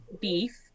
beef